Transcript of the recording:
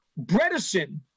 Bredesen